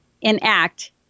enact